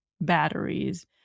batteries